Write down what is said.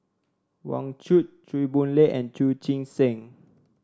Wang Chunde Chew Boon Lay and Chu Chee Seng